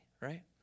right